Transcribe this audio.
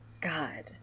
God